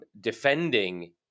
defending